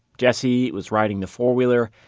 jesse was riding the four-wheeler.